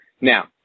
Now